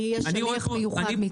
אני שליח מיוחד מטעם האו"ם.